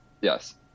yes